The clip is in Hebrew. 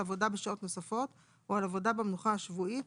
עבודה בשעות נוספות או על עבודה במנוחה השבועית